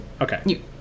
Okay